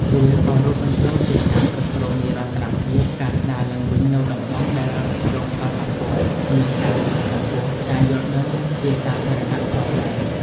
វាក៏រួមបញ្ចូលទាំងការគ្រប់គ្រងនិរន្តរភាព ការស្ដារឡើងវិញនូវតំបន់ដែលរងផលប៉ះពាល់ និងការលើកកម្ពស់ការយល់ដឹងជាសាធារណៈផងដែរ។